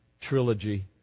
trilogy